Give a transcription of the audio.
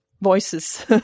voices